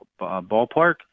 ballpark